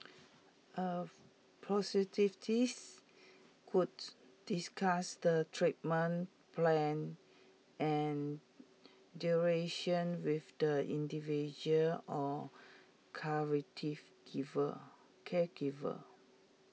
A discuss the treatment plan and duration with the individual or caregiver